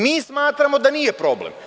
Mi smatramo da nije problem.